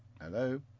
Hello